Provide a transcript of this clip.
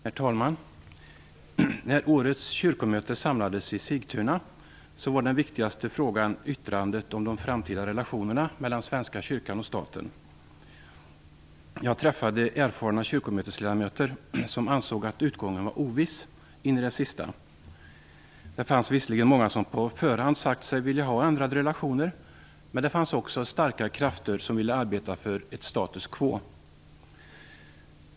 Herr talman! När årets kyrkomöte samlades i Sigtuna var den viktigaste frågan yttrandet om de framtida relationerna mellan Svenska kyrkan och staten. Jag träffade erfarna kyrkomötesledamöter som ansåg att utgången var oviss in i det sista. Det fanns visserligen många som på förhand sagt sig vilja ha ändrade relationer, men det fanns också starka krafter som ville arbeta för ett status quo.